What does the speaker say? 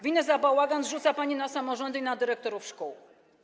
winę za bałagan zrzuca pani na samorządy i na dyrektorów szkół.